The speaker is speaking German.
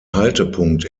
haltepunkt